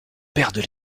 perdent